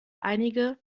einige